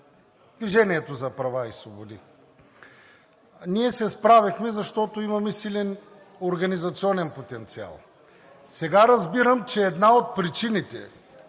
„Движението за права и свободи“. Ние се справихме, защото имаме силен организационен потенциал. Сега разбирам, че една от причините